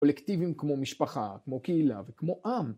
קולקטיבים כמו משפחה, כמו קהילה וכמו עם.